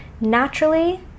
naturally